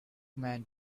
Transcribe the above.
man